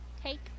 Take